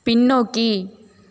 பின்னோக்கி